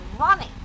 running